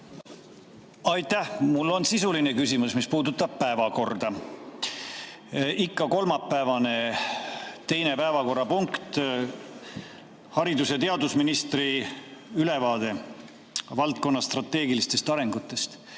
Aitäh! Mul on sisuline küsimus, mis puudutab päevakorda. Ikka kolmapäevane teine päevakorrapunkt, haridus‑ ja teadusministri ülevaade valdkonna strateegilistest arengutest.